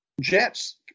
jets